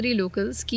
locals